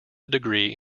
degree